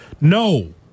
No